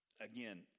again